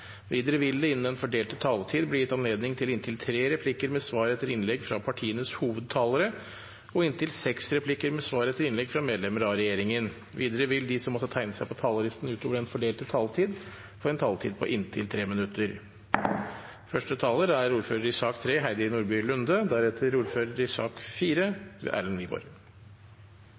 Videre vil det – innenfor den fordelte taletid – bli gitt anledning til inntil tre replikker med svar etter innlegg fra partienes hovedtalere og inntil syv replikker med svar etter innlegg fra medlemmer av regjeringen. Videre vil de som måtte tegne seg på talerlisten utover den fordelte taletid, få en taletid på inntil 3 minutter. Jeg tror alle skvatt litt da Sosialistisk Venstreparti og Fremskrittspartiet inviterte til et bredt forlik om pensjon i Stortinget i